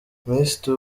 minisitiri